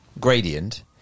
gradient